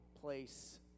place